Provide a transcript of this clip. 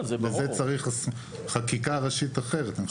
לזה צריך חקיקה ראשית אחרת.